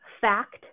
fact